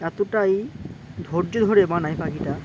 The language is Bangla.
এতটাই ধৈর্য ধরে বানায় পাখিটা